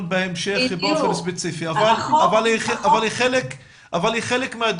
בהמשך באופן ספציפי אבל היא חלק מהדיון.